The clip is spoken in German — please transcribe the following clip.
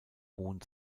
hohen